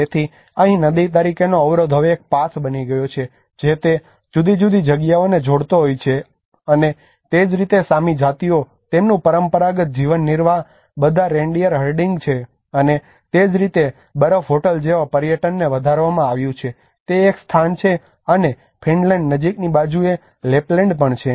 તેથી અહીં નદી તરીકેનો અવરોધ હવે એક પાથ બની ગયો છે જે તે જુદી જુદી જગ્યાઓને જોડતો હોય છે અને તે જ રીતે સામી જાતિઓ તેમનું પરંપરાગત જીવનનિર્વાહ બધા રેન્ડીયર હર્ડીંગ છે અને તે જ રીતે બરફ હોટલ જેવા પર્યટનને વધારવામાં આવ્યું છે તે એક સ્થાન છે અને ફિનલેન્ડ નજીકની બાજુએ લેપલેન્ડ પણ છે